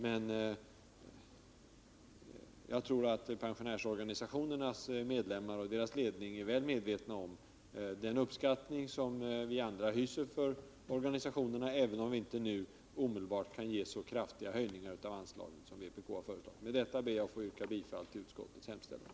Men jag tror att pensionsorganisationernas medlemmar och deras ledning är väl medvetna om den uppskattning som vi andra hyser för organisationerna — även om vi inte omedelbart kan ge så kraftiga höjningar av anslaget som vpk har föreslagit. Herr talman! Med detta ber jag att få yrka bifall till utskottets hemställan.